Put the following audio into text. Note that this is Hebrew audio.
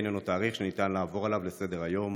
איננו תאריך שניתן לעבור עליו לסדר-היום